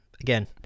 Again